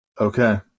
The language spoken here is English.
Okay